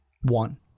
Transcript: One